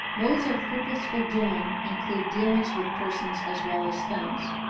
modes of purposeful doing include dealings with persons as well as things.